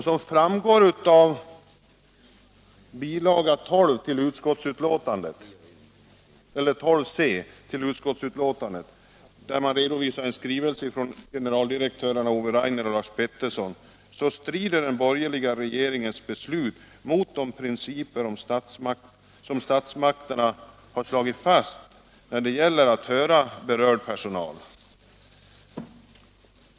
Som framgår av bilaga 12C till utskottsbetänkandet, där en skrivelse från generaldirektörerna Ove Rainer och Lars Peterson återges, strider den borgerliga regeringens beslut mot de principer som statsmakterna har slagit fast när det gäller att höra berörd personal.